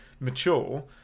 mature